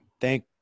Thank